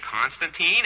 Constantine